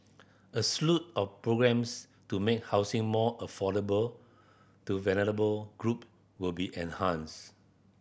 a slew of programmes to make housing more affordable to vulnerable group will be enhanced